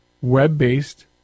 web-based